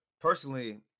Personally